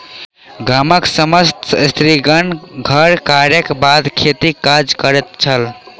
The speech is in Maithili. गामक समस्त स्त्रीगण घर कार्यक बाद खेतक काज करैत छल